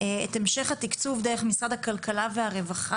את המשך התקצוב דרך משרד הכלכלה והרווחה,